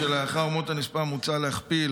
שלאחר מות הנספה מוצע להכפיל